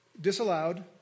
disallowed